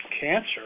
cancer